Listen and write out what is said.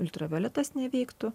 ultravioletas neveiktų